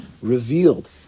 revealed